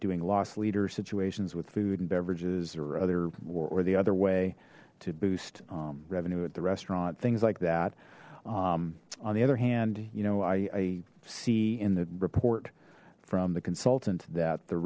doing loss leader situations with food and beverages or other or the other way to boost revenue at the restaurant things like that on the other hand you know i see in the report from the consultant that the